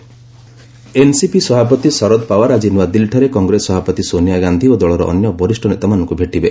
ମହା ପଲିଟିକ୍ଟ ଏନ୍ସିପି ସଭାପତି ଶରଦ ପଓ୍ୱାର ଆଜି ନୂଆଦିଲ୍ଲୀଠାରେ କଂଗ୍ରେସ ସଭାପତି ସୋନିଆ ଗାନ୍ଧୀ ଓ ଦଳର ଅନ୍ୟ ବରିଷ୍ଣ ନେତାମାନଙ୍କୁ ଭେଟିବେ